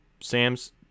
Sam's